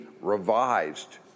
revised